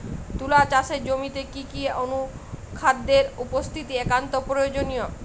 তুলা চাষের জমিতে কি কি অনুখাদ্যের উপস্থিতি একান্ত প্রয়োজনীয়?